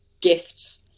gifts